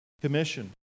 commission